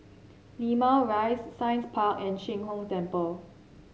Limau Rise Science Park and Sheng Hong Temple